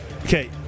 Okay